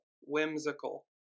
whimsical